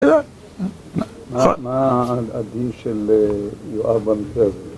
מה הדין של יואב בנושא הזה?